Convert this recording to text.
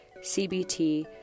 CBT